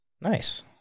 nice